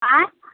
अँइ